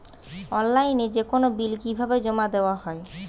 অনলাইনে যেকোনো বিল কিভাবে জমা দেওয়া হয়?